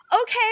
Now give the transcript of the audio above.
okay